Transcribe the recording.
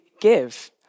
give